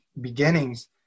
beginnings